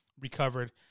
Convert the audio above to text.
recovered